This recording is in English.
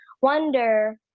wonder